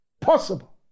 possible